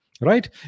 right